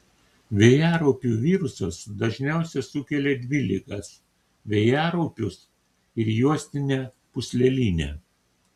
vėjaraupių virusas dažniausiai sukelia dvi ligas vėjaraupius ir juostinę pūslelinę